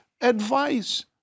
advice